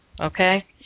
Okay